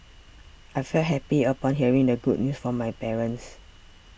I felt happy upon hearing the good news from my parents